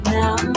now